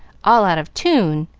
all out of tune,